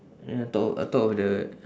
ya top of on top of the